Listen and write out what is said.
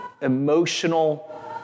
emotional